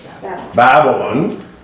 Babylon